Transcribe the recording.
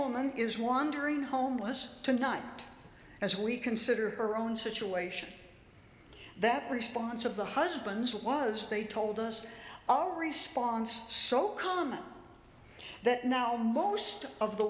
woman is wandering homeless cannot as we consider her own situation that response of the husbands was they told us all response so come that now most of the